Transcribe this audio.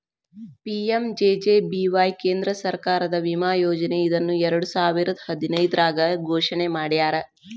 PMJJBY ಕೇಂದ್ರ ಸರ್ಕಾರದ ವಿಮಾ ಯೋಜನೆ ಇದನ್ನ ಎರಡುಸಾವಿರದ್ ಹದಿನೈದ್ರಾಗ್ ಘೋಷಣೆ ಮಾಡ್ಯಾರ